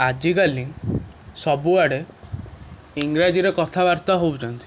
ଆଜିକାଲି ସବୁଆଡ଼େ ଇଂରାଜୀରେ କଥାବାର୍ତ୍ତା ହେଉଛନ୍ତି